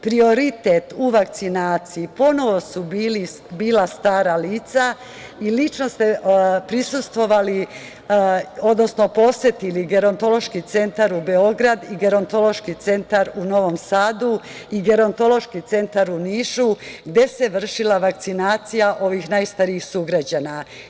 Prioritet u vakcinaciji ponovo su bila stara lica i lično ste prisustvovali, odnosno posetili Gerontološki centar Beograd, Gerontološki centar u Novom Sadu i Gerontološki centar u Nišu gde se vršila vakcinacija ovih najstarijih sugrađana.